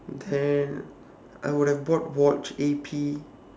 then I would have bought watch A_P